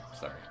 sorry